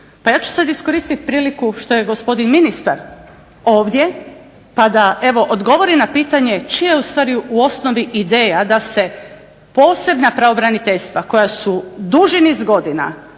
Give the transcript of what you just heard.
Pa ja ću sad iskoristiti priliku što je gospodin ministar ovdje pa da evo odgovori na pitanje čija je u stvari u osnovi ideja da se posebna pravobraniteljstva koja su duži niz godina